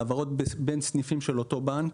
בהעברות בין סניפים של אותו בנק,